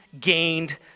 gained